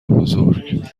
بزرگ